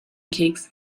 keks